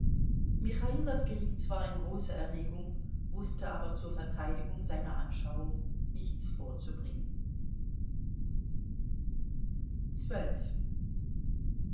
geriet zwar in große erregung wußte aber zur verteidigung seiner anschauung nichts vorzubringen